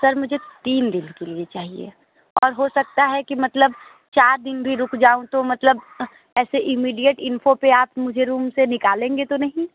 sir मुझे तीन दिन के लिए चाहिए और हो सकता है कि मतलब चार दिन रुक जाऊँ तो मतलब ऐसे इमीडिएट इंफो पर आप मुझे रूम से निकालेंगे तो नहीं